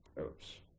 Oops